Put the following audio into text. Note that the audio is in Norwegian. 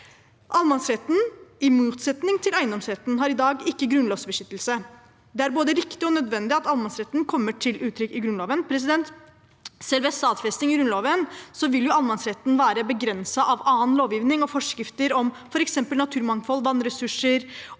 Allemannsretten, i motsetning til eiendomsretten, har i dag ikke grunnlovbeskyttelse. Det er både riktig og nødvendig at allemannsretten kommer til uttrykk i Grunnloven. Selv ved stadfesting i Grunnloven vil allemannsretten være begrenset av annen lovgivning og forskrifter om f.eks. naturmangfold, vannressurser,